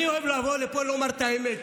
אני אוהב לבוא לפה ולומר את האמת.